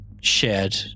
shared